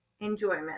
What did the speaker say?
enjoyment